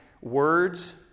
words